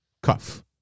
Cuff